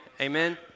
Amen